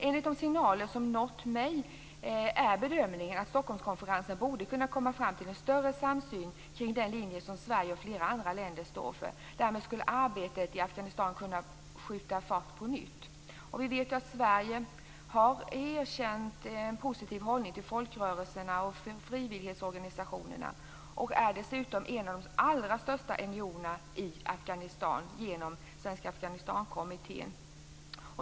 Enligt signaler som nått mig är bedömningen att Stockholmskonferensen borde kunna komma fram till en större samsyn kring den linje som Sverige och flera andra länder står för. Därmed skulle arbetet i Afghanistan på nytt kunna skjuta fart. Sverige har ju erkänt en positiv hållning till folkrörelserna och frivilligorganisationerna. Sverige är dessutom en av de allra största NGO-aktörerna i Afghanistan genom Svenska Afghanistankommittén.